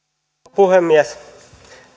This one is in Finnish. puhemies